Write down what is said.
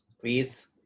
please